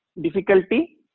difficulty